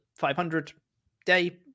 500-day